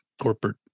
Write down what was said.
corporate